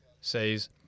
says